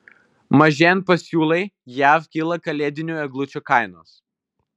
mažėjant pasiūlai jav kyla kalėdinių eglučių kainos